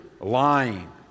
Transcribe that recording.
lying